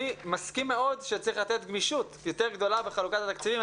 אני מסכים מאוד שצריך לתת גמישות יותר גדולה בחלוקת התקציבים.